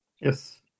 Yes